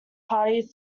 party